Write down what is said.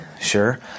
sure